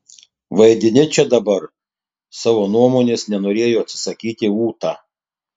vaidini čia dabar savo nuomonės nenorėjo atsisakyti ūta